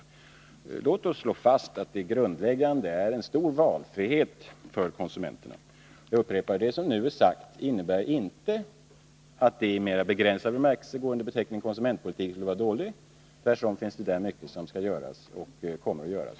Låt oss slå fast att det grundläggande är en stor valfrihet för konsumenterna. Jag upprepar: Vad som nu är sagt innebär inte att det som i mer begränsad bemärkelse går under beteckningen konsumentpolitik skulle vara dåligt. Tvärtom finns det där mycket som har gjorts och kommer att göras.